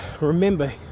Remember